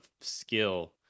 skill